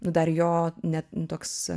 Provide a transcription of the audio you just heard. nu dar jo net nu toks